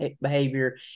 behavior